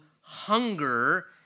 hunger